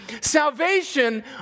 Salvation